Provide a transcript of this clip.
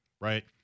right